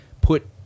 put